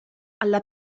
alla